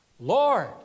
Lord